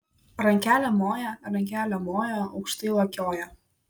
rankelėm moja rankelėm moja aukštai lakioja